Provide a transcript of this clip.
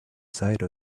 side